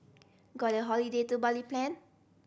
got a holiday to Bali planned